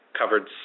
covered